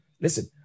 Listen